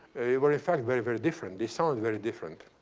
were, in fact, very, very different. they sound very different.